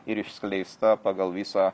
ir išskleista pagal visą